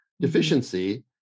deficiency